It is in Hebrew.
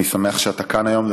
אני שמח שאתה כאן היום,